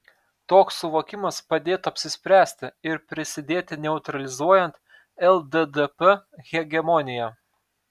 toks suvokimas padėtų apsispręsti ir prisidėti neutralizuojant lddp hegemoniją